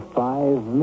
five